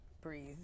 breathe